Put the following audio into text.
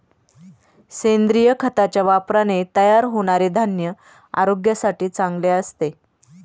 सेंद्रिय खताच्या वापराने तयार होणारे धान्य आरोग्यासाठी चांगले असते